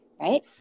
right